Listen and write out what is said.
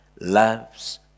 loves